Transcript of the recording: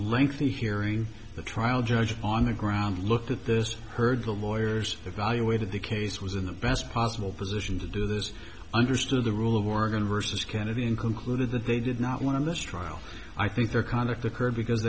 lengthy hearing the trial judge on the ground look at this heard the lawyers evaluated the case was in the best possible position to do this understood the rule of organ versus kennedy in concluded that they did not want in this trial i think their conduct occurred because